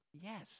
yes